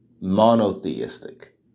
monotheistic